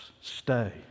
stay